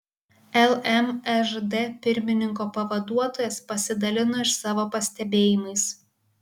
lmžd pirmininko pavaduotojas pasidalino ir savo pastebėjimais